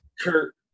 Kurt